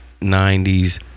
90's